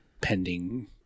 pending